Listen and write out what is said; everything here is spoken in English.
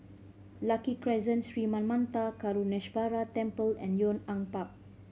Lucky Crescent Sri Manmatha Karuneshvarar Temple and Yong An Park